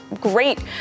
great